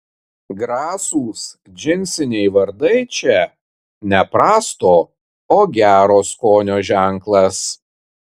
grasūs džinsiniai vardai čia ne prasto o gero skonio ženklas